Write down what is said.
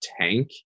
tank